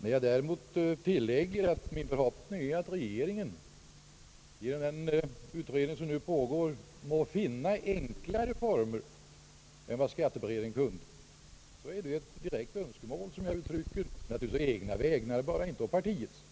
När jag tillägger att min förhoppning är att regeringen genom den utredning som nu pågår må finna enklare former än vad skatteberedningen kunde, är det ett direkt önskemål som jag uttrycker, naturligtvis bara på egna vägnar och alltså inte på partiets.